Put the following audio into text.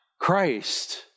Christ